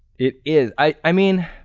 it is. i mean,